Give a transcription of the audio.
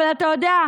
אבל אתה יודע,